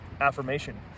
affirmation